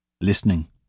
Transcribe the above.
listening